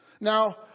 Now